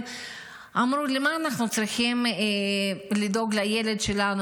הם אמרו לי: מה אנחנו צריכים לדאוג לילד שלנו?